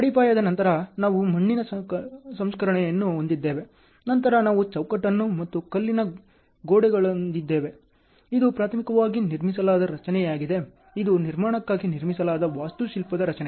ಅಡಿಪಾಯದ ನಂತರ ನಾವು ಮಣ್ಣಿನ ಸಂಸ್ಕರಣೆಯನ್ನು ಹೊಂದಿದ್ದೇವೆ ನಂತರ ನಾವು ಚೌಕಟ್ಟನ್ನು ಮತ್ತು ಕಲ್ಲಿನ ಗೋಡೆಗಳುಹೊಂದಿದ್ದೇವೆ ಇದು ಪ್ರಾಥಮಿಕವಾಗಿ ನಿರ್ಮಿಸಲಾದ ರಚನೆಯಾಗಿದೆ ಇದು ನಿರ್ಮಾಣಕ್ಕಾಗಿ ನಿರ್ಮಿಸಲಾದ ವಾಸ್ತುಶಿಲ್ಪದ ರಚನೆ